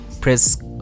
press